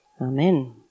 Amen